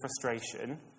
frustration